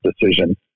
decision